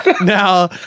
Now